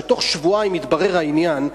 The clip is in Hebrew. שבתוך שבועיים יתברר העניין,